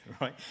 right